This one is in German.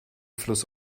fluss